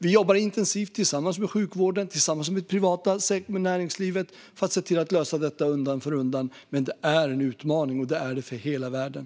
Vi jobbar intensivt tillsammans med sjukvården och tillsammans med det privata näringslivet för att se till att lösa detta undan för undan. Men det är en utmaning, och det är det för hela världen.